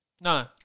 No